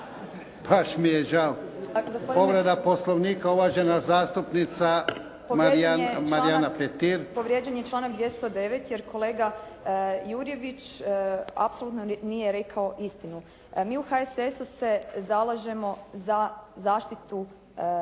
Gospodine/ … Povreda Poslovnika, uvažena zastupnica Marijana Petir. **Petir, Marijana (HSS)** Povrijeđen je članak 209. jer kolega Jurjević apsolutno nije rekao istinu. Mi u HSS-u se zalažemo za zaštitu djeteta